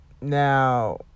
now